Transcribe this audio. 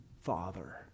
father